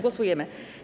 Głosujemy.